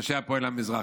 אנשי הפועל המזרחי,